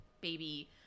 baby